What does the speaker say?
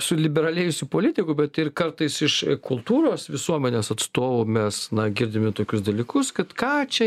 su liberaliais su politikų bet ir kartais iš kultūros visuomenės atstovų mes na girdime tokius dalykus kad ką čia